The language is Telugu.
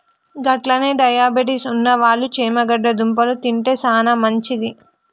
గట్లనే డయాబెటిస్ ఉన్నవాళ్ళు చేమగడ్డ దుంపలు తింటే సానా మంచిది